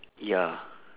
ya